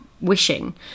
wishing